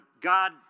God